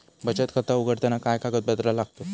बचत खाता उघडताना काय कागदपत्रा लागतत?